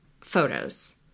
Photos